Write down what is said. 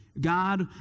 God